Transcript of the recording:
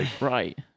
Right